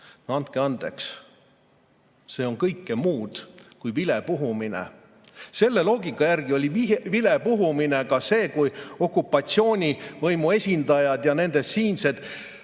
No andke andeks! See on kõike muud kui vilepuhumine. Selle loogika järgi oli vilepuhumine ka see, kui okupatsioonivõimu esindajad ja nende siinsed